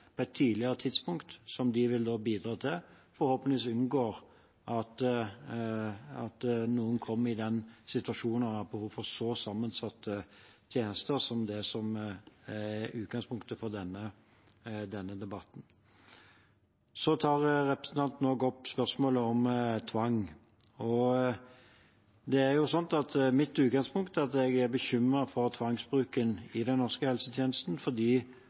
på et tidligere tidspunkt, som dette vil bidra til – vil vi forhåpentligvis unngå at noen kommer i den situasjonen at de har behov for så sammensatte tjenester som det som er utgangspunktet for denne debatten. Så tar representanten opp spørsmålet om tvang. Mitt utgangspunkt er at jeg er bekymret for tvangsbruken i den norske helsetjenesten. Fordi